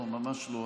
לא, ממש לא.